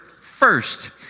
first